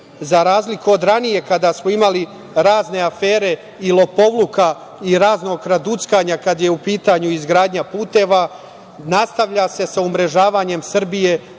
za razliku od ranije, kada smo imali razne afere i lopovluka i raznog kraduckanja kada je u pitanju izgradnja puteva nastavlja se sa umrežavanjem Srbije